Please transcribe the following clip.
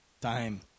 Time